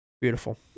Beautiful